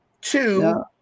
Two